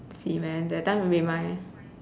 semen that time be my